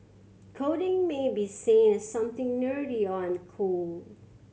coding may be seen as something nerdy or uncool